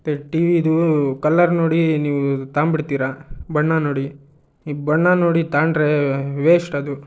T ವಿದು colour ನೋಡಿ ನೀವು ತಗಂಬಿಡ್ತೀರ ಬಣ್ಣ ನೋಡಿ ಈ ಬಣ್ಣ ನೋಡಿ ತಗಂಡ್ರೆ ವೇಶ್ಟ್ ಅದು